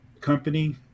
company